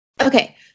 Okay